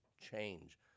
change